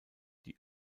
die